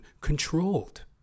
controlled